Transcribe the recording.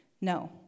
No